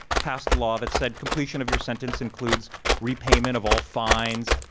passed the law that said completion of your sentence includes repayment of all fines,